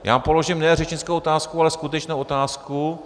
Já položím ne řečnickou otázku, ale skutečnou otázku.